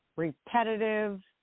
repetitive